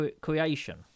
creation